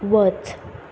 वच